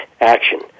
action